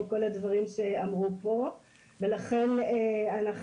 לכן אנחנו